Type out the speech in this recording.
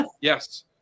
Yes